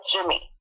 Jimmy